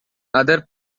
other